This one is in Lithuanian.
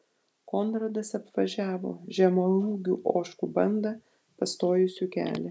konradas apvažiavo žemaūgių ožkų bandą pastojusią kelią